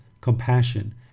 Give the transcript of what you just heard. compassion